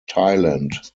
thailand